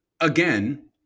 again